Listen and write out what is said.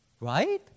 right